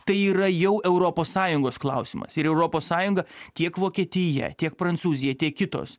tai yra jau europos sąjungos klausimas ir europos sąjunga tiek vokietija tiek prancūzija tiek kitos